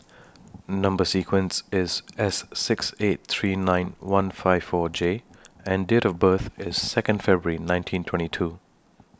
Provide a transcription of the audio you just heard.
Number sequence IS S six eight three nine one five four J and Date of birth IS Second February nineteen twenty two